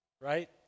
right